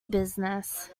business